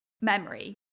memory